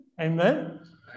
Amen